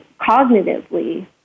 cognitively